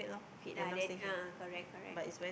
okay lah then ya correct correct